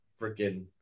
freaking